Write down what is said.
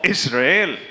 Israel